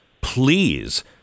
please